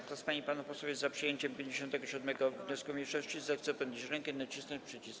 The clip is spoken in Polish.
Kto z pań i panów posłów jest za przyjęciem 57. wniosku mniejszości, zechce podnieść rękę i nacisnąć przycisk.